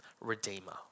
redeemer